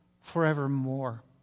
forevermore